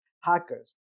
hackers